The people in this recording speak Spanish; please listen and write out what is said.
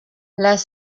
las